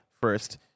first